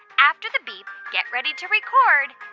after the beep, get ready to record